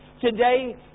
Today